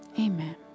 amen